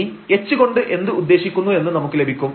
ഇനി h കൊണ്ട് എന്ത് ഉദ്ദേശിക്കുന്നു എന്ന് നമുക്ക് ലഭിക്കും